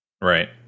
Right